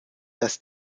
dass